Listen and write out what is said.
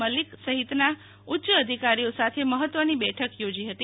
મલિક સહિતના ઉચ્ય અધિકારીઓ સાથે મહત્વની બેઠક યોજાશે